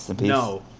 No